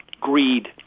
greed